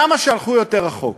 כמה שהלכו יותר רחוק.